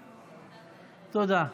תודה.